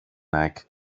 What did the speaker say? nike